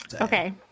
okay